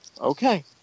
okay